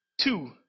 two